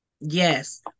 Yes